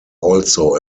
also